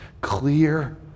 clear